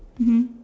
mmhmm